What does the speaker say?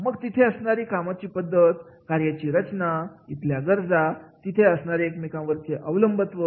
मग तिथे असणारी कामाची पद्धत कार्याची रचना इथल्या गरजा तिथे असणारे एकमेका वरचे अवलंबत्व